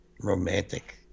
romantic